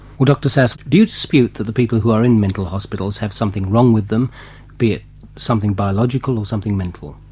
well dr szasz do you dispute that the people who are in mental hospitals have something wrong with them be it something biological or something mental?